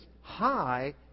high